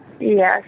Yes